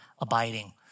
abiding